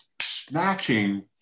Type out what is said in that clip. snatching